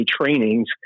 trainings